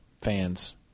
fans